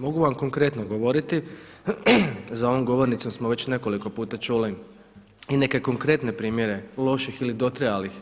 Mogu vam konkretno govoriti, za onom govornicom smo već nekoliko puta čuli i neke konkretne primjere loših ili dotrajalih